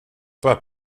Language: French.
pas